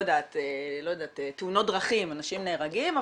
תאונות דרכים אנשים נהרגים,